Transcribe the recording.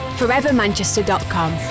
forevermanchester.com